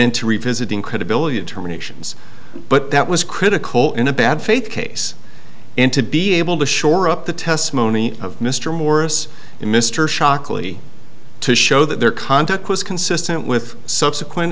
into revisiting credibility of terminations but that was critical in a bad faith case and to be able to shore up the testimony of mr morris and mr shockley to show that their conduct was consistent with subsequent